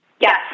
Yes